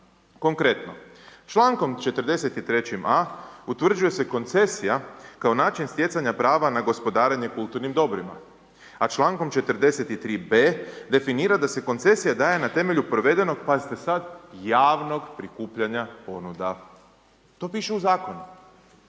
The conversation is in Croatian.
Konkretno, čl. 43. a. utvrđuje se koncesija kao način stjecanja prava na gospodarenje kulturnim dobrima, a čl. 43. b. definira da se koncesija daje na temelju provedenog, pazite sad, javnog prikupljanja ponuda. To piše u Zakonu.